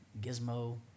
gizmo